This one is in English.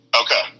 Okay